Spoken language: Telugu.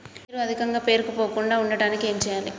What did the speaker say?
నీరు అధికంగా పేరుకుపోకుండా ఉండటానికి ఏం చేయాలి?